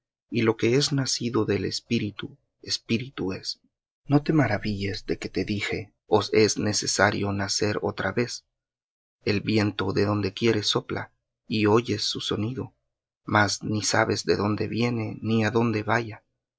y lo que es nacido del espíritu espíritu es no te maravilles de que te dije os es necesario nacer otra vez el viento de donde quiere sopla y oyes su sonido mas ni sabes de dónde viene ni á dónde vaya